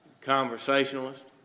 conversationalist